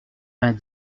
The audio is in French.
vingt